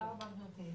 תודה רבה גברתי.